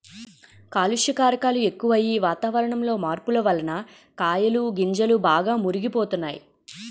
కాలుష్య కారకాలు ఎక్కువయ్యి, వాతావరణంలో మార్పు వలన కాయలు గింజలు బాగా మురుగు పోతున్నాయి